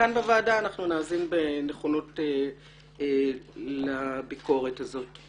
כאן בוועדה אנחנו נאזין בנכונות לביקורת זו.